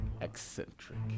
Eccentric